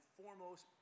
foremost